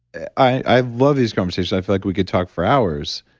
i love these conversations. i feel like we could talk for hours,